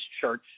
church